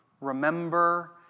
remember